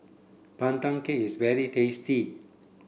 Pandan Cake is very tasty